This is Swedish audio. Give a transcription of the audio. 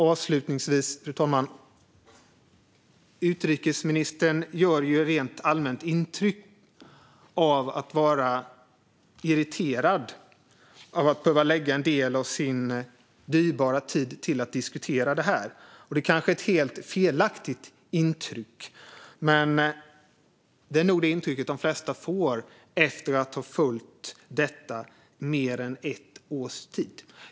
Avslutningsvis: Utrikesministern gör rent allmänt intrycket av att vara irriterad av att behöva lägga en del av sin dyrbara tid på att diskutera detta. Det kanske är ett helt felaktigt intryck. Men det är nog det intryck de flesta får efter att ha följt detta i mer än ett års tid.